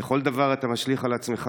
וכל דבר אתה משליך על עצמך.